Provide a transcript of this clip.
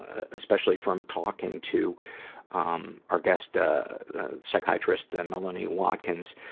ah especially from talking to um our guest psychiatrist and melanie watkins,